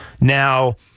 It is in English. Now